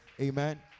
amen